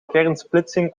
kernsplitsing